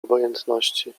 obojętności